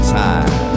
time